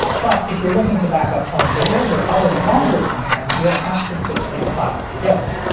but if you're looking to backup home videos or other longer content, you'll have to stitch these files together.